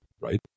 right